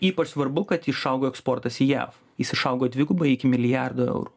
ypač svarbu kad išaugo eksportas į jav jis išaugo dvigubai iki milijardo eurų